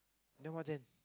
then what then